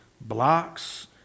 blocks